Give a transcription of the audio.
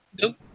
Nope